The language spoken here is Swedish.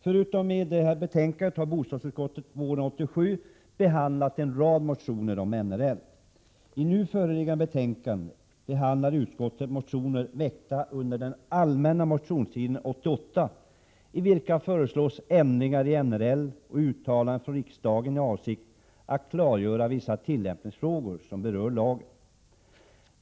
Förutom i det nämnda betänkandet har bostadsutskottet våren 1987 behandlat en rad motioner om NRL. I det nu föreliggande betänkandet behandlar utskottet motioner som väckts under den allmänna motionstiden 1988, motioner i vilka föreslås ändringar i NRL och uttalande från riksdagen i avsikt att klargöra vissa tillämpningsproblem som berör lagen.